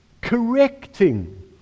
correcting